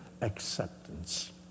acceptance